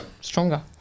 stronger